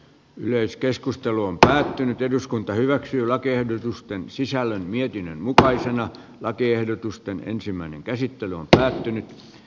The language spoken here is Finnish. yleiskeskustelu on päättynyt eduskunta hyväksyy lakiehdotusten sisällön mietinnön mukaisena lakiehdotusten ensimmäinen käsittely on yksimielinen